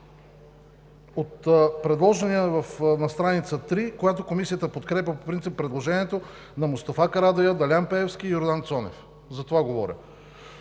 От предложението на страница 3, където Комисията подкрепя по принцип предложението на Мустафа Карадайъ, Делян Пеевски и Йордан Цонев. За това говоря.